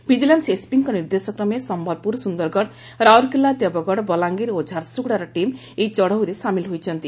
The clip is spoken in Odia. ଭିଜିଲାନ୍ ଏସ୍ପିଙ୍କ ନିର୍ଦ୍ଦେଶକ୍ରମେ ସମ୍ମଲପୁର ସୁନ୍ଦରଗଡ଼ ରାଉରକେଲା ଦେବଗଡ଼ ବଲାଙ୍ଗିର ଓ ଝାରସୁଗୁଡ଼ାର ଟିମ୍ ଏହି ଚଢାଉରେ ସାମିଲ୍ ହୋଇଛନ୍ତି